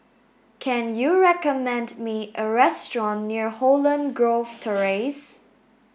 can you recommend me a restaurant near Holland Grove Terrace